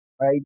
right